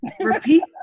Repeat